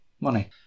Money